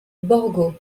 borgo